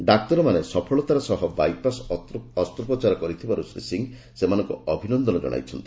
ଡାକ୍ତରମାନେ ସଫଳତାର ସହ ବାଇପାସ୍ ଅସ୍ତ୍ରୋପ୍ରଚାର କରିଥିବାରୁ ଶ୍ରୀ ସିଂହ ସେମାନଙ୍କୁ ଅଭିନନ୍ଦନ ଜଣାଇଛନ୍ତି